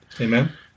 Amen